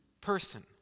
person